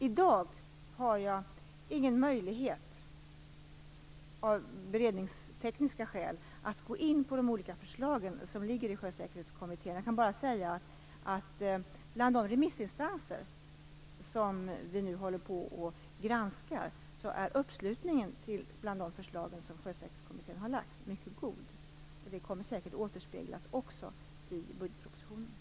I dag har jag av beredningstekniska skäl ingen möjlighet att gå in på de olika förslag som ligger hos Sjösäkerhetskommittén. Jag kan bara säga att uppslutningen bakom de förslag som Sjösäkerhetskommittén har lagt fram är mycket god bland de remissvar som vi nu håller på att granska. Detta kommer säkert också att återspeglas i budgetpropositionen.